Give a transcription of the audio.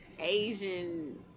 asian